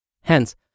Hence